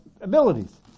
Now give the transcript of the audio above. abilities